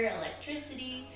electricity